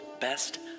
best